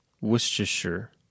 Worcestershire